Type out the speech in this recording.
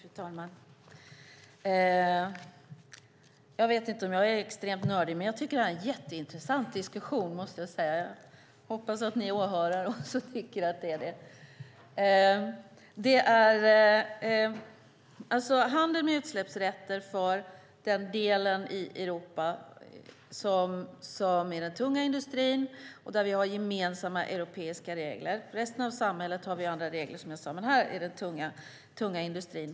Fru talman! Jag vet inte om jag är extremt nördig, men jag tycker att det här är en jätteintressant diskussion. Jag hoppas att åhörarna också tycker det. Handeln med utsläppsrätter gäller för den del i Europa som omfattar den tunga industrin. Där har vi gemensamma europeiska regler. För resten av samhället har vi, som jag sade, andra regler, men här gäller det alltså den tunga industrin.